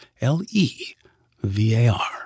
L-E-V-A-R